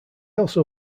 also